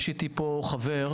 יש איתי פה חבר,